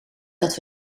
dat